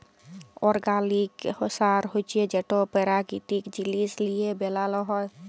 organic সার হছে যেট পেরাকিতিক জিনিস লিঁয়ে বেলাল হ্যয়